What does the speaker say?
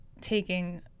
taking